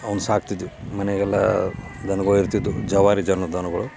ಅವ್ನ ಸಾಕ್ತಿದ್ವಿ ಮನೆಗೆಲ್ಲ ದನ್ಗಳು ಇರ್ತಿದ್ದವು ಜವಾರಿ ಜನು ದನಗಳು